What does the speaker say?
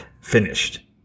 finished